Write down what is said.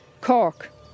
Cork